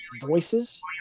voices